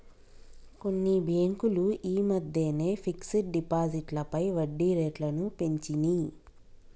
కొన్ని బ్యేంకులు యీ మద్దెనే ఫిక్స్డ్ డిపాజిట్లపై వడ్డీరేట్లను పెంచినియ్